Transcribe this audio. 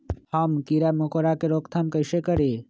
हम किरा मकोरा के रोक थाम कईसे करी?